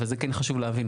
וזה כן חשוב להבין,